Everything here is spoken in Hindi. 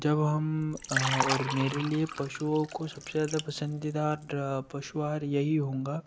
जब हम और मेरे लिए पशुओं को सबसे जादा पसंदीदा ड्र पशु आहार यही होगा